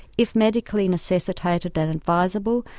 if medically necessitated and advisable,